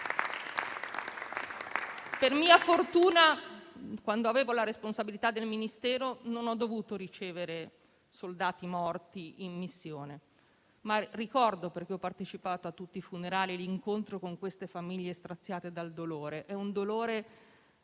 Per mia fortuna, quando avevo la responsabilità del Ministero, non ho dovuto ricevere soldati morti in missione. Ma ricordo, perché ho partecipato a tutti i funerali, l'incontro con queste famiglie straziate dal dolore; è un dolore